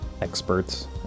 experts